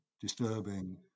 disturbing